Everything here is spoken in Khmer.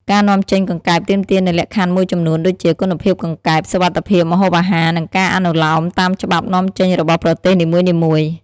ការនាំចេញកង្កែបទាមទារនូវលក្ខខណ្ឌមួយចំនួនដូចជា គុណភាពកង្កែប សុវត្ថិភាពម្ហូបអាហារ និងការអនុលោមតាមច្បាប់នាំចេញរបស់ប្រទេសនីមួយៗ។